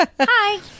hi